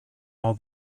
all